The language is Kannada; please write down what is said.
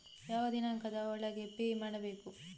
ಯಾವ ದಿನಾಂಕದ ಒಳಗೆ ಪೇ ಮಾಡಬೇಕು?